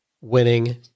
winning